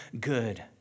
good